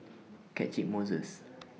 Catchick Moses